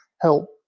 help